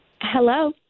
Hello